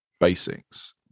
basics